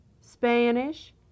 Spanish